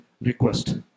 request